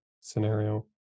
scenario